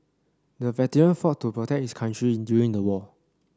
the veteran fought to protect his country during the war